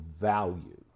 value